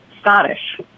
Scottish